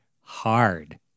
hard